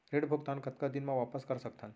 ऋण भुगतान कतका दिन म वापस कर सकथन?